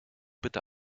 bitte